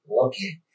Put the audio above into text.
okay